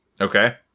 Okay